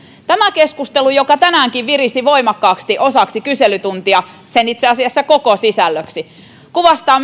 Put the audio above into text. tämä keskustelu joka tänäänkin virisi voimakkaasti osaksi kyselytuntia sen itse asiassa koko sisällöksi kuvastaa